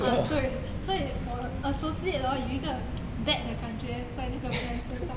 啊对所以我 associate hor 有一个 bad 的感觉在那个 brand 身上